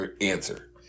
answer